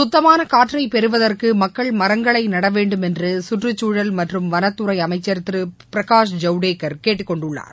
சுத்தமான காற்றை பெறுவதற்கு மக்கள் மரங்களை நடவேண்டும் என்று சுற்றுச்சூழல் மற்றும் வனத்துறை அமைச்சர் திரு பிரகாஷ் ஜவ்டேக்கர் கேட்டுக்கொண்டுள்ளார்